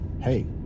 hey